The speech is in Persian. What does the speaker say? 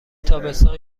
تابستان